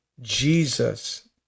Jesus